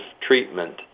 treatment